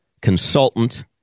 consultant